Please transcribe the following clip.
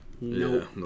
No